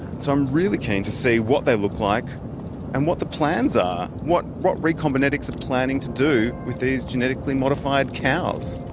so i'm really keen to see what they look like and what the plans um are what recombinetics are planning to do with these genetically modified cows.